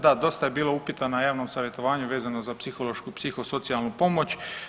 Da dosta je bilo upita na javnom savjetovanju vezano za psihološku, psihosocijalnu pomoć.